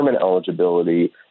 eligibility